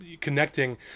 connecting